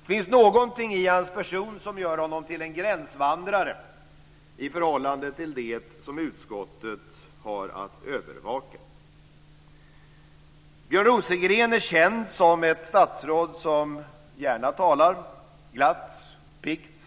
Det finns någonting i hans person som gör honom till en gränsvandrare i förhållande till det som utskottet har att övervaka. Björn Rosengren är känd som ett statsråd som gärna talar glatt, piggt,